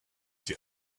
the